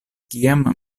kiam